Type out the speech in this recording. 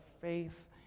faith